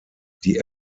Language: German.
die